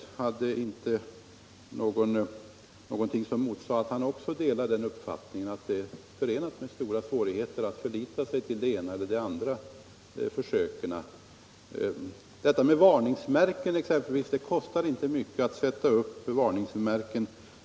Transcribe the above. Herr Granstedt yttrade själv inte någonting som motsade att han delar uppfattningen att det är förenat med stora svårigheter att förlita sig på det ena eller andra slaget av försök. Varningsmärken kostar exempelvis inte mycket att sätta upp.